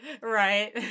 Right